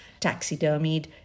taxidermied